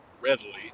readily